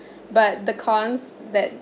but the cons that